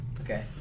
Okay